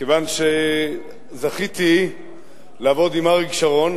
מכיוון שזכיתי לעבוד עם אריק שרון,